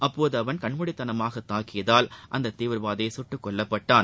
அப்போது அவரன் கண்மூடித்தனமாக தாக்கியதால் அந்த தீவிரவாதி சுட்டுக் கொல்லப்பட்டான்